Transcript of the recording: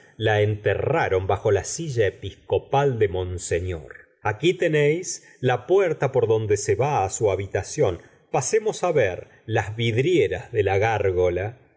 la enterraron bajo la silla episcopal de monseñor aqui tenéis la puerta por donde se va á su habitación pasemos á ver las vidrieras de la gárgola león